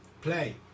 Play